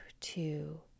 two